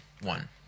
one